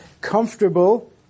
comfortable